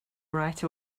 right